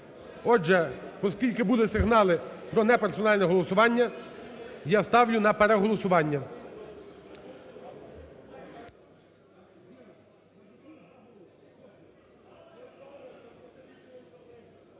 Отже, оскільки були сигнали про не персональне голосування, я ставлю на переголосування.